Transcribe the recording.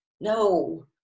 No